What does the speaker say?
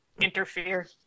Interfere